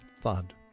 thud